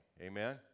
Amen